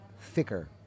thicker